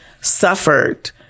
suffered